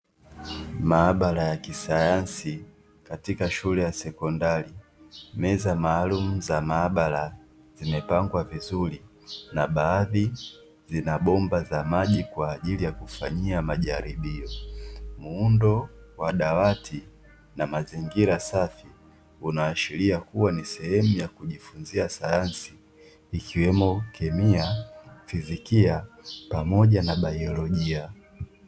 Maabara ya kisayansi katika shule ya sekondari. Meza maalumu za maabara zimepangwa vizuri na baadhi zinabomba za maji kwa ajili ya kufanyia majaribi. Muundo wa dawati na mazingira safi unaashiria kuwa ni sehemu ya kujifunza sayansi ikiwemo kemia, fizikia pamoja na biolojia.